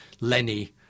Lenny